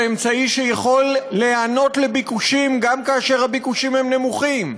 זה אמצעי שיכול להיענות לביקושים גם כאשר הביקושים הם לא נמוכים,